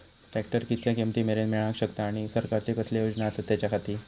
Tractor कितक्या किमती मरेन मेळाक शकता आनी सरकारचे कसले योजना आसत त्याच्याखाती?